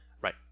right